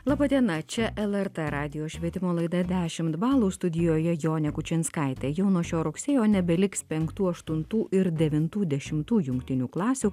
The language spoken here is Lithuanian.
laba diena čia lrt radijo švietimo laida dešimt balų studijoje jonė kučinskaitė jau nuo šio rugsėjo nebeliks penktų aštuntų ir devintų dešimtų jungtinių klasių